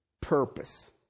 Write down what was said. purpose